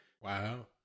Wow